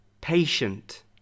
patient